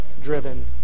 driven